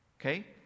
okay